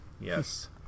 yes